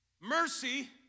Mercy